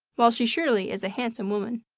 while she surely is a handsome woman.